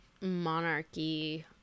monarchy